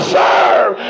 serve